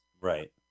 Right